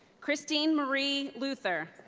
kristine marie luther.